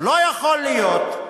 לא יכול להיות,